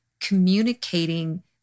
communicating